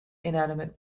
inanimate